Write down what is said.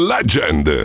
Legend